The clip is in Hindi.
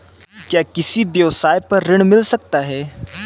क्या किसी व्यवसाय पर ऋण मिल सकता है?